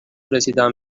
رسیدم